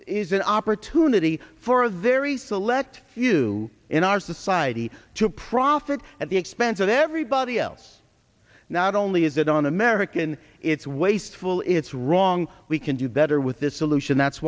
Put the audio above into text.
is an opportunity for a very select few in our society to profit at the expense of everybody else not only is it on american it's wasteful it's wrong we can do better with this solution that's